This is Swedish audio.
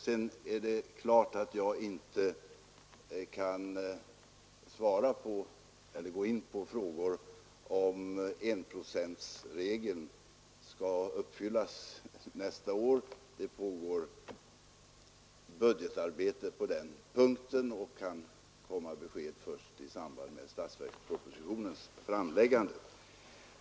Det är ju klart att jag inte kan ingå på frågor om huruvida enprocentsmålet skall kunna uppfyllas nästa år. Budgetarbetet på den punkten pågår, och besked därom kan komma först i samband med statsverkspropositionens framläggande.